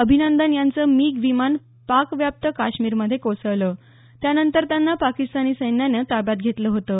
अभिनंदन यांचं मिग विमान पाकव्याप्त काश्मीरमध्ये कोसळलं त्यानंतर त्यांना पाकिस्तानी सैन्यानं ताब्यात घेतलं होतं